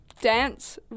dance